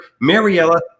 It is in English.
Mariella